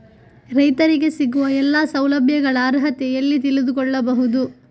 ರೈತರಿಗೆ ಸಿಗುವ ಎಲ್ಲಾ ಸೌಲಭ್ಯಗಳ ಅರ್ಹತೆ ಎಲ್ಲಿ ತಿಳಿದುಕೊಳ್ಳಬಹುದು?